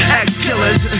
ex-killers